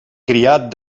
criat